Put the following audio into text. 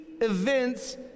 events